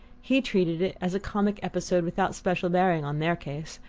he treated it as a comic episode without special bearing on their case,